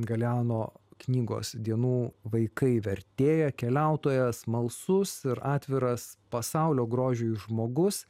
galeano knygos dienų vaikai vertėja keliautoja smalsus ir atviras pasaulio grožiui žmogus